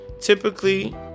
Typically